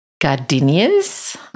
gardenias